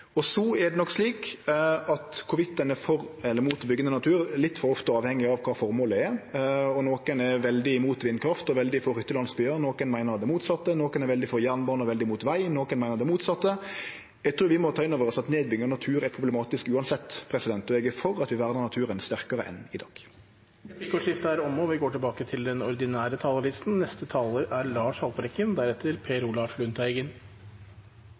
er det nok slik at om ein er for eller mot å byggje ned natur, litt for ofte avheng av kva formålet er. Nokon er veldig mot vindkraft og veldig for hyttelandsbyar, nokon meiner det motsette. Nokon er veldig for jernbane og veldig mot veg, nokon meiner det motsette. Eg trur vi må ta inn over oss at nedbygging av natur er problematisk uansett. Og eg er for at vi vernar naturen sterkare enn i dag. Replikkordskiftet er omme. De talere som heretter får ordet, har også en taletid på inntil 3 minutter. I sommer er